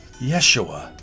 Yeshua